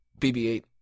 BB-8